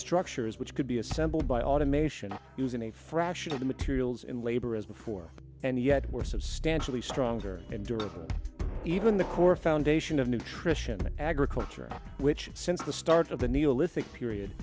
structures which could be assembled by automation using a fraction of the materials and labor as before and yet were substantially stronger and even the core foundation of nutrition agriculture which since the start of the